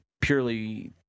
purely